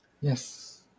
Yes